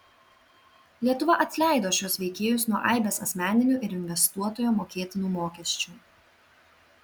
lietuva atleido šiuos veikėjus nuo aibės asmeninių ir investuotojo mokėtinų mokesčių